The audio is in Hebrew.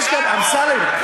אמסלם,